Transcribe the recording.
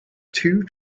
two